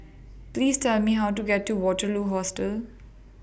Please Tell Me How to get to Waterloo Hostel